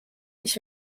ich